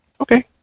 Okay